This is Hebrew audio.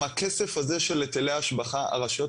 עם הכסף הזה של היטלי ההשבחה הרשויות